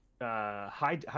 High